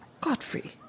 Godfrey